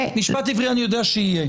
משפט עברי אני יודע שיהיה.